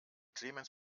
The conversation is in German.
clemens